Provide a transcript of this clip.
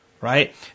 right